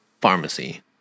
Pharmacy